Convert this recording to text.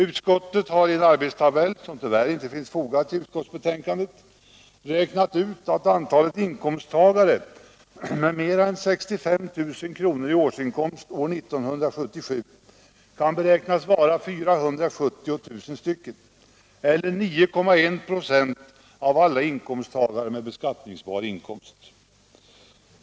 Utskottet har i en tabell, som tyvärr inte finns fogad vid utskottsbetänkandet, räknat ut att antalet inkomsttagare med mera än 65 000 kr. i årsinkomst år 1977 kan beräknas vara 470 000 eller 9,1 96 av alla inkomsttagare med beskattningsbar inkomst.